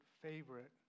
favorite